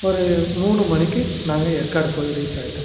ஒரு மூணு மணிக்கு நாங்கள் ஏற்காடு போய் ரீச் ஆயிட்டோம்